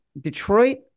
detroit